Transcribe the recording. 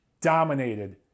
dominated